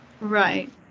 Right